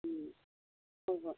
ꯎꯝ ꯍꯣꯏ ꯍꯣꯏ